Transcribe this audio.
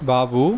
బాబు